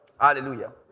Hallelujah